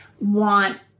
want